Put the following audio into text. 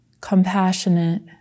compassionate